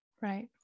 Right